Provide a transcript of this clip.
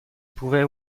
pouvait